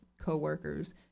coworkers